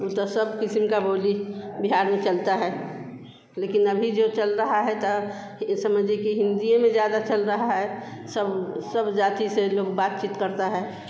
उ तो सब क़िस्म का बोली बिहार में चलती है लेकिन अभी जो चल रहा है तो ये समझिए कि हिन्दी ही में ज़्यादा चल रही है सब सब जाति से लोग बातचीत करते हैं